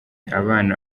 abana